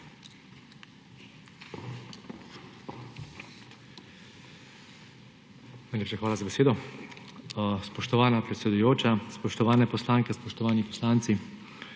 hvala za besedo. Spoštovana predsedujoča, spoštovane poslanke, spoštovani poslanci